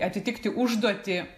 atitikti užduotį